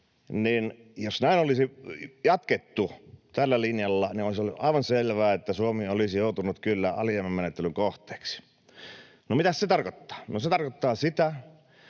jos olisi jatkettu tällä linjalla, niin olisi ollut aivan selvää, että Suomi olisi joutunut kyllä alijäämämenettelyn kohteeksi. No, mitäs se tarkoittaa? Se tarkoittaa sitä,